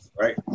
right